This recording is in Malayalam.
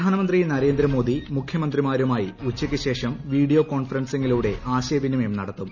പ്രധാനമന്ത്രി നരേന്ദ്രമോദി മുഖ്യമന്ത്രിമാരുമായി ഉച്ചയ്ക്കുശേഷം വീഡിയോ കോൺഫറൻസിംഗിലൂടെ ആശയവിനിമയം നടത്തും